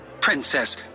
Princess